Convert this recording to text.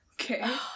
Okay